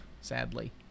sadly